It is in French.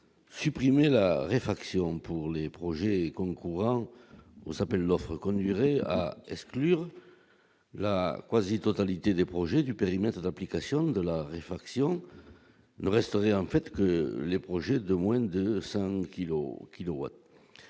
supprimer la réfraction pour les projets concourant on s'appelle l'offre conduirait à exclure la croisée totalité des projets du périmètre d'application de la raréfaction restaurer en fait que les projets de moins de 100